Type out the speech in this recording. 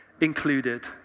included